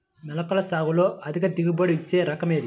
మొలకల సాగులో అధిక దిగుబడి ఇచ్చే రకం ఏది?